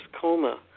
coma